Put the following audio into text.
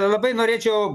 labai norėčiau